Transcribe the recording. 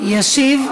ישיב,